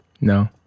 No